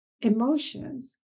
emotions